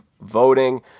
voting